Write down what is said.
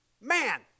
Man